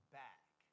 back